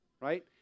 right